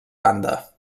banda